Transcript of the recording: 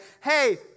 hey